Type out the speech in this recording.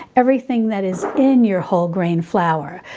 everything that is in your whole grain flour.